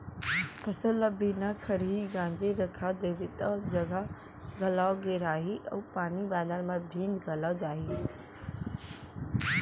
फसल ल बिना खरही गांजे रखा देबे तौ जघा घलौ घेराही अउ पानी बादर म भींज घलौ जाही